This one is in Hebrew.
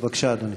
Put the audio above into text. בבקשה, אדוני.